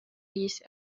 yise